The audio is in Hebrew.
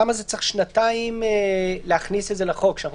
למה צריך שנתיים כדי להכניס את זה לחוק כשאנחנו